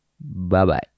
Bye-bye